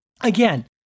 again